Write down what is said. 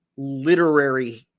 literary